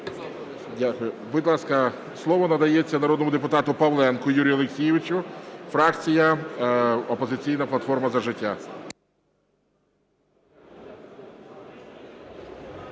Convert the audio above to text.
Дякую. Будь ласка, слово надається народному депутату Павленку Юрію Олексійовичу, фракція "Опозиційна платформа - За життя".